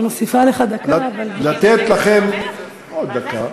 לתת לכם, אני מוסיפה לך דקה, אבל, עוד דקה.